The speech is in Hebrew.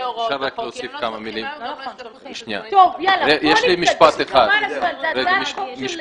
פירוט